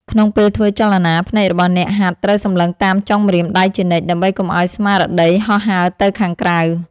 ក្នុងពេលធ្វើចលនា ភ្នែករបស់អ្នកហាត់ត្រូវសម្លឹងតាមចុងម្រាមដៃជានិច្ច ដើម្បីកុំឱ្យស្មារតីហោះហើរទៅខាងក្រៅ។